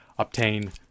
obtain